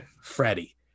Freddie